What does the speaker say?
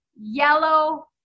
yellow